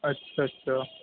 اچھا اچھا